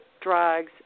drugs